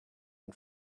and